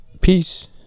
Peace